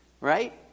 Right